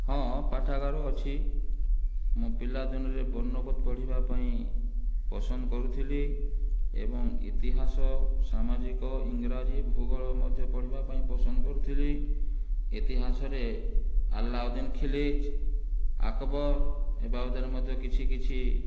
ହଁ ପାଠାଗାର ଅଛି ମୁଁ ପିଲା ଦିନରେ ବର୍ଣ୍ଣବୋଧ ପଢ଼ିବା ପାଇଁ ପସନ୍ଦ କରୁଥିଲି ଏବଂ ଇତିହାସ ସାମାଜିକ ଇଂରାଜୀ ଭୂଗୋଳ ମଧ୍ୟ ପଢ଼ିବା ପାଇଁ ପସନ୍ଦ କରୁଥିଲି ଇତିହାସରେ ଆଲ୍ଳାଉଦିନ ଖିଲିଜ ଆକବର ଏ ବାବଦରେ ମଧ୍ୟ କିଛି କିଛି